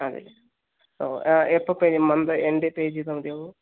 അതെയല്ലേ എപ്പോൾ പേ ചെയ്യണം മന്ത് എന്റ് പേ ചെയ്താൽ മതിയാവുമോ